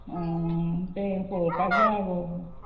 तें पळोवपाक या गो